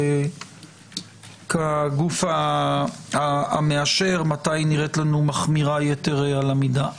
כגוף המאשר, מחמירה יתר על המידה.